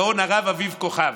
הגאון הרב אביב כוכבי,